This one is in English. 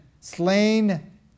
slain